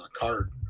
card